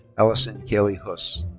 allison kaley huss.